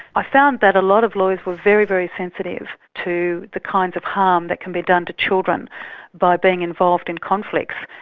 i found that a lot of lawyers were very, very sensitive to the kinds of harm that can be done to children by being involved in conflicts,